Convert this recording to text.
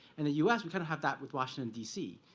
and the us, we kind of have that with washington, dc.